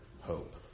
hope